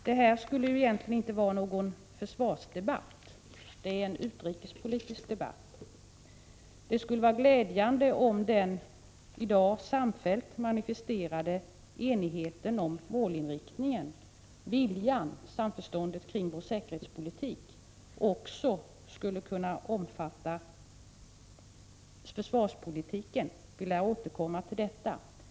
Detta skulle egentligen inte vara någon försvarsdebatt — det är en utrikespolitisk debatt. Det skulle vara glädjande om den i dag samfällt manifesterade enigheten om målinriktningen och viljan, samförståndet kring säkerhetspolitiken, skulle kunna omfatta också försvarspolitiken. Vi lär återkomma till detta.